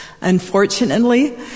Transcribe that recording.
Unfortunately